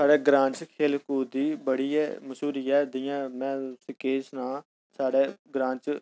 साढ़े ग्रां च खेल कूद दी बड़ी गै मशू्हरी ऐ जि'यां में के सनां साढ़े ग्रां च